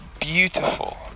beautiful